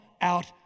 out